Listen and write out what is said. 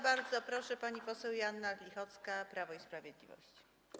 Bardzo proszę, pani poseł Joanna Lichocka, Prawo i Sprawiedliwość.